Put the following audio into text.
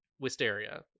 Wisteria